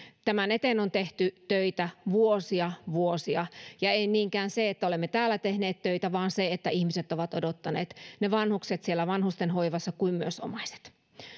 tämän eteen on tehty töitä vuosia vuosia ja tässä ei niinkään ole se että olemme täällä tehneet töitä vaan se että ihmiset ovat odottaneet ne vanhukset siellä vanhustenhoivassa kuin myös omaiset